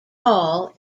hall